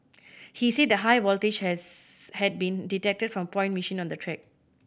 he said that high voltage has had been detected from a point machine on the track